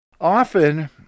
Often